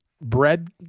Bread